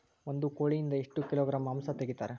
ಒಂದು ಕೋಳಿಯಿಂದ ಎಷ್ಟು ಕಿಲೋಗ್ರಾಂ ಮಾಂಸ ತೆಗಿತಾರ?